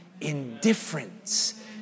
Indifference